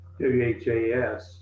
WHAS